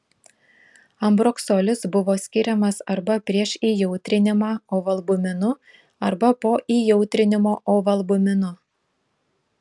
ambroksolis buvo skiriamas arba prieš įjautrinimą ovalbuminu arba po įjautrinimo ovalbuminu